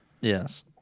Yes